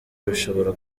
bishobora